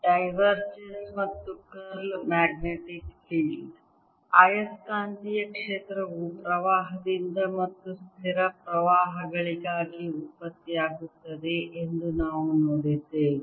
divergence ಮತ್ತು curl magnetic field ಆಯಸ್ಕಾಂತೀಯ ಕ್ಷೇತ್ರವು ಪ್ರವಾಹದಿಂದ ಮತ್ತು ಸ್ಥಿರ ಪ್ರವಾಹಗಳಿಗಾಗಿ ಉತ್ಪತ್ತಿಯಾಗುತ್ತದೆ ಎಂದು ನಾವು ನೋಡಿದ್ದೇವೆ